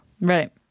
Right